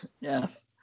Yes